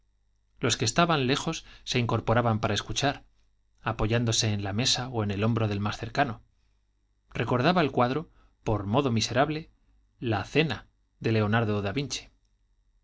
los que estaban lejos se incorporaban para escuchar apoyándose en la mesa o en el hombro del más cercano recordaba el cuadro por modo miserable la cena de leonardo de vinci